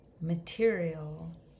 material